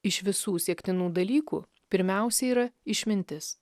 iš visų siektinų dalykų pirmiausiai yra išmintis